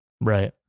Right